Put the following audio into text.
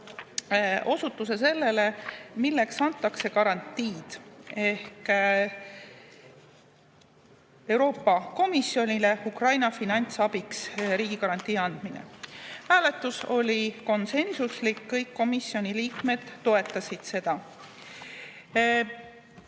osutuse sellele, milleks antakse garantiid: Euroopa Komisjonile Ukraina finantsabiks riigigarantii andmine. Hääletus oli konsensuslik, kõik komisjoni liikmed toetasid seda.